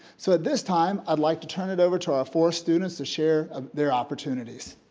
so at this time i'd like to turn it over to our four students to share ah their opportunities.